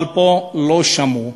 אבל פה לא שמעו.